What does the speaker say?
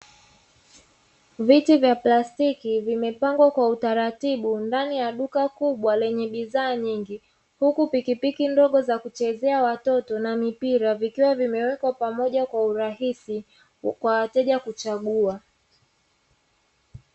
Viti vya plastiki vimepangwa kwa utaratibu ndani ya duka kubwa lenye bidhaa nyingi, huku pikipiki ndogo za kuchezea watoto na mipira vikiwa vimewekwa pamoja kwa urahisi kwa wateja kuchagua.